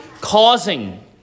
causing